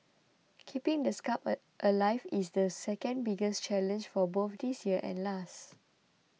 keeping the spark alive is the second biggest challenge for both this year and last